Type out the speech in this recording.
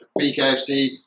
BKFC